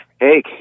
hey